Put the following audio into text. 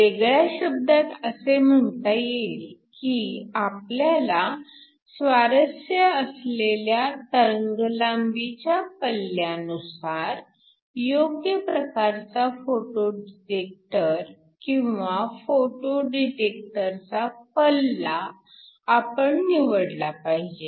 वेगळ्या शब्दात असे म्हणता येईल की आपल्याला स्वारस्य असलेल्या तरंगलांबीच्या पल्ल्यानुसार योग्य प्रकारचा फोटो डिटेक्टर किंवा फोटो डिटेक्टरचा पल्ला आपण निवडला पाहिजे